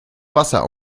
wasser